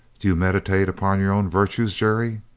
do you meditate upon your own virtues, jerry?